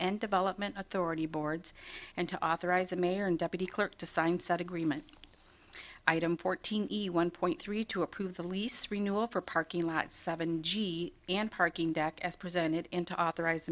and development authority boards and to authorize the mayor and deputy clerk to sign such agreement item fourteen one point three to approve the lease renewal for parking lot seven g and parking deck as presented to authorize